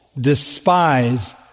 despise